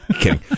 kidding